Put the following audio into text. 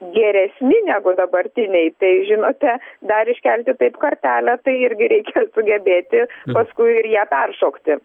geresni negu dabartiniai tai žinote dar iškelti taip kartelę tai irgi reikia sugebėti paskui ir ją peršokti